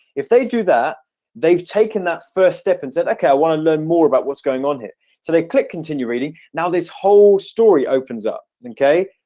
if they do that they've taken that first step and said okay. i want to learn more about what's going on here so they click continue reading now this whole story opens up, okay?